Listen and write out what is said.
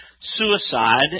suicide